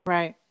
Right